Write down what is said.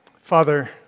Father